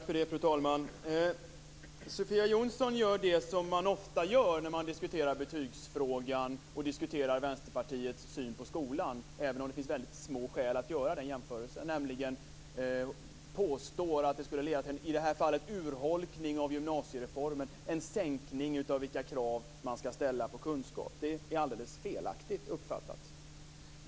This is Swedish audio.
Fru talman! Sofia Jonsson gör det som man ofta gör när man diskuterar betygsfrågan och Vänsterpartiets syn på skolan - även om det finns väldigt små skäl att göra det - nämligen påstå att det i det här fallet skulle leda till en urholkning av gymnasiereformen, en sänkning av kunskapskraven. Det är alldeles felaktigt uppfattat.